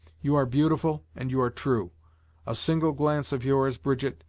you are beautiful and you are true a single glance of yours, brigitte,